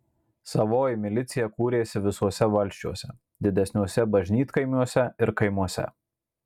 savoji milicija kūrėsi visuose valsčiuose didesniuose bažnytkaimiuose ir kaimuose